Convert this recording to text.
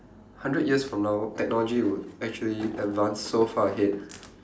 hundred years from now technology would actually advance so far ahead